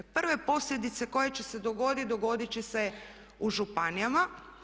Prve posljedice koje će se dogodit, dogodit će se u županijama.